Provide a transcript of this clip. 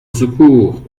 secours